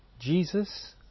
Jesus